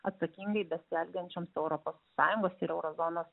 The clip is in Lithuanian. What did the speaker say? atsakingai besielgiančioms europos sąjungos ir euro zonos